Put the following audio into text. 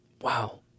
wow